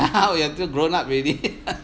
now you're too grown up already